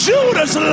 Judas